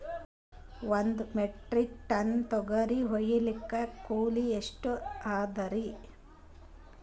ಒಂದ್ metric ton ತೊಗರಿ ಹೋಯಿಲಿಕ್ಕ ಕೂಲಿ ಎಷ್ಟ ಅದರೀ?